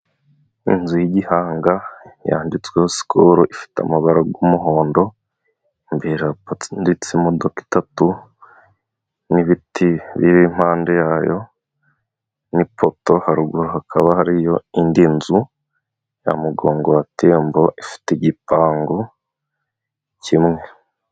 Inzu y'igihanga yanditsweho sikolo ifite amabara y'umuhondo. Imbere haparitse imodoka itatu n'ibiti biri impande yayo n'ipoto, haruguru hakaba hariyo indi nzu ya mugongo wa tembo, ifite igipangu kimwe.